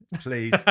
Please